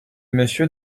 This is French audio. monsieur